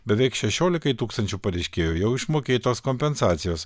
beveik šešiolikai tūkstančių pareiškėjų jau išmokėtos kompensacijos